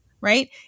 Right